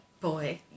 boy